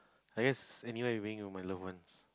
I guess anywhere being with my loved ones